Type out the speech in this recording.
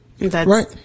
Right